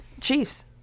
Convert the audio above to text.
Chiefs